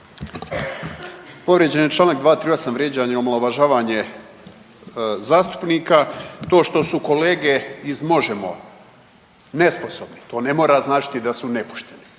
Povrijeđen je čl. 238. vrijeđanje, omalovažavanje zastupnika. To što su kolege iz Možemo nesposobni to ne mora značiti da su nepošteni,